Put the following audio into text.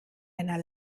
einer